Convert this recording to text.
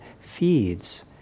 feeds